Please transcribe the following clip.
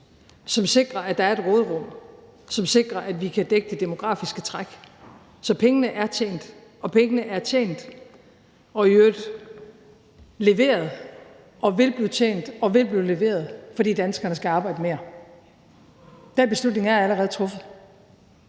som sikrer, at der er et råderum, og som sikrer, at vi kan dække det demografiske træk. Så pengene er tjent og i øvrigt leveret og vil blive tjent og vil blive leveret, fordi danskerne skal arbejde mere. Den beslutning er allerede truffet.